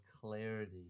clarity